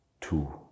two